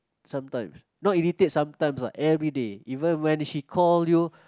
sometimes not irritate sometimes lah everyday when she call you